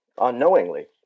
unknowingly